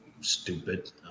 stupid